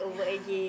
yeah